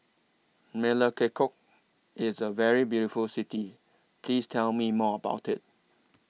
Melekeok IS A very beautiful City Please Tell Me More about IT